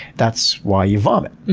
that's why you vomit.